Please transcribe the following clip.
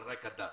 על רקע דת,